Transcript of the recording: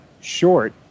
short